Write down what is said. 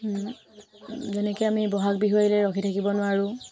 যেনেকৈ আমি বহাগ বিহু আহিলে ৰখি থাকিব নোৱাৰোঁ